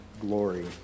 glory